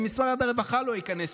אם משרד הרווחה לא ייכנס,